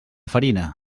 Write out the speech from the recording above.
farina